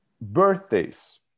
Birthdays